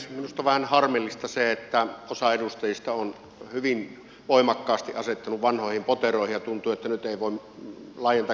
minusta on vähän harmillista se että osa edustajista on hyvin voimakkaasti asettunut vanhoihin poteroihin ja tuntuu että nyt ei voi laajentaa keskusteluakaan